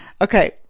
Okay